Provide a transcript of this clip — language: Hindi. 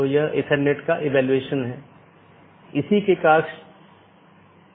कैसे यह एक विशेष नेटवर्क से एक पैकेट भेजने में मदद करता है विशेष रूप से एक ऑटॉनमस सिस्टम से दूसरे ऑटॉनमस सिस्टम में